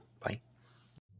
bye